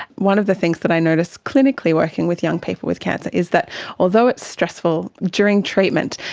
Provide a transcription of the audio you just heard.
one of the things that i noticed clinically working with young people with cancer is that although it's stressful during treatment,